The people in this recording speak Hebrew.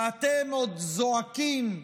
ואתם מאוד זועקים: